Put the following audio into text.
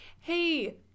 hey